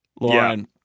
Lauren